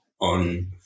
on